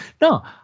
no